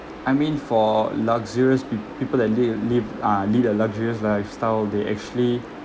I mean for luxurious peop~ people that live live uh lead a luxurious lifestyle they actually